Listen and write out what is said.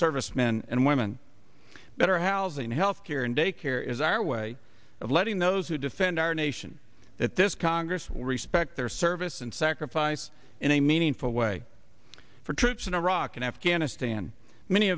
servicemen and women better housing health care and daycare is our way of letting those who defend our nation at this congress will respect their service and sacrifice in a meaningful way for troops in iraq and afghanistan many